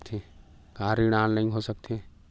का ऋण ऑनलाइन हो सकत हे?